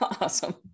Awesome